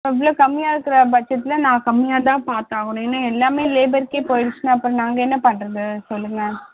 இவ்வளோ கம்மியாக இருக்கிற பட்ஜெட்டில் நான் கம்மியாக தான் பார்த்தாகணும் ஏன்னா எல்லாமே லேபர்க்கே போயிடுச்சுன்னால் அப்புறம் நாங்கள் என்ன பண்ணுறது சொல்லுங்கள்